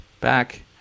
back